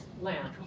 Land